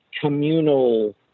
communal